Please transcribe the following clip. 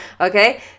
okay